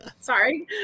sorry